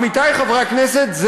עמיתיי חברי הכנסת,